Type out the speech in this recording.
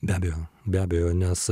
be abejo be abejo nes